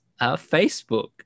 Facebook